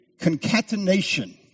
concatenation